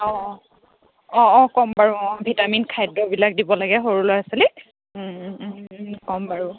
অঁ অঁ অঁ অঁ ক'ম বাৰু অঁ ভিটামিন খাদ্যবিলাক দিব লাগে সৰু লৰা ছোৱালী ক'ম বাৰু